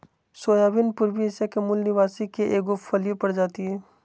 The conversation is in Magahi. सोयाबीन पूर्वी एशिया के मूल निवासी के एगो फलिय प्रजाति हइ